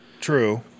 True